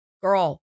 girl